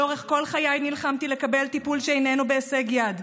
לאורך כל חיי נלחמתי לקבל טיפול שאיננו בהישג יד.